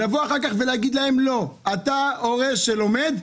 אחר כך להגיד להם: לא אתה הורה שלומד,